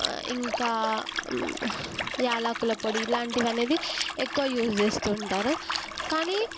ఇంకా యాలకుల పొడి ఇలాంటివి అనేది ఎక్కువ యూస్ చేస్తుంటారు కానీ